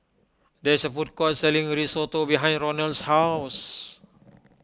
there is a food court selling Risotto behind Ronal's house